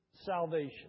salvation